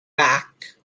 back